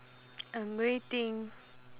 I'm waiting